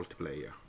multiplayer